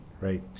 right